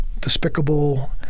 despicable